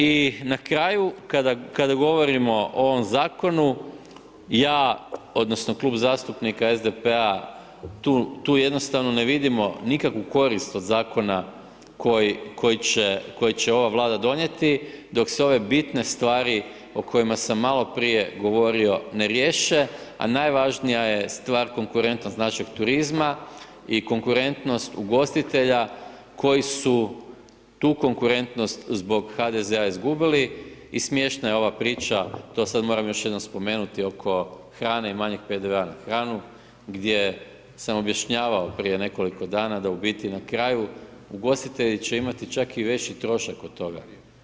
I na kraju kada govorimo o ovom zakonu ja, odnosno Klub zastupnika SDP-a tu jednostavno ne vidimo nikakvu korist od zakona koji, koji će, koji će ova Vlada donijeti dok se ove bitne stvari o kojima sam maloprije govorio ne riješe, a najvažnija je stvar konkurentnost našeg turizma i konkurentnost ugostitelja koji su tu konkurentnost zbog HDZ-a izgubili i smiješna je ova priča, to sad moram još jednom spomenuti oko hrane i manjeg PDV-a na hranu, gdje sam objašnjavao prije nekoliko dana da u biti na kraju ugostitelji će imati čak i veći trošak od toga.